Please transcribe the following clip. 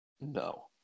No